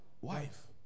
Wife